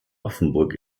offenburg